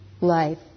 life